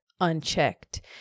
unchecked